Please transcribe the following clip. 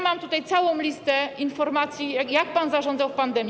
Mam tutaj całą listę informacji, jak pan zarządzał w pandemii.